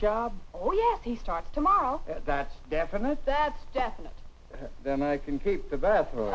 job oh yes he starts tomorrow that's definite that's definite and then i can keep the bathroom